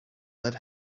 lead